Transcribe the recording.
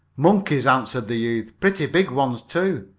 monkeys, answered the youth, pretty big ones, too.